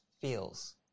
feels